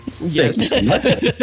Yes